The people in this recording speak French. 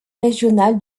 régional